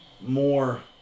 more